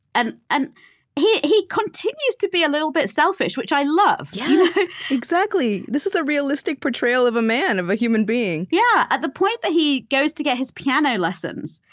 and and he he continues to be a little bit selfish, which i love yeah exactly this is a realistic portrayal of a man, of a human being yeah at the point that he goes to get his piano lessons,